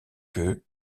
que